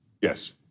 Yes